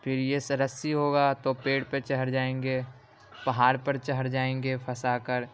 پھر یہ سے رسی ہوگا تو پیڑ پہ چڑھ جائیں گے پہاڑ پر چڑھ جائیں گے پھنسا کر